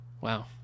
Wow